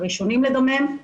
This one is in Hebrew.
הראשונים לדמם,